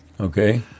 Okay